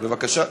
בבקשה,